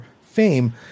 fame